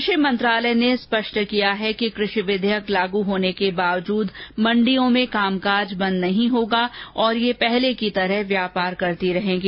कृषि मंत्रालय ने स्पष्ट किया है कि कृषि विधेयक लागू होने के बावजूद मंडियों में कामकाज बंद नहीं होगा और ये पहले की तरह व्यापार करती रहेगी